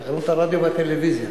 תחנות הרדיו והטלוויזיה.